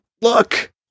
look